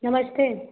नमस्ते